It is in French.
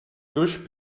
gauche